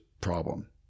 problem